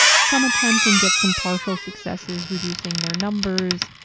some attempt and get some partial successes, reducing their numbers,